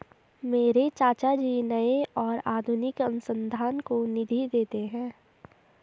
मेरे चाचा जी नए और आधुनिक अनुसंधान को निधि देते हैं